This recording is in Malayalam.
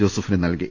ജോസഫിന് നൽകി